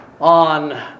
on